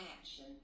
action